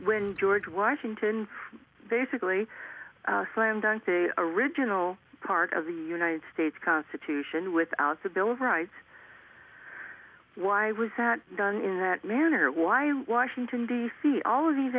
when george washington basically slam dunk the original part of the united states constitution without the bill of rights why was that done in that manner why washington d c all these